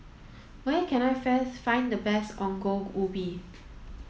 where can I find the best Ongol Ubi